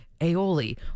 aioli